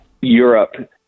Europe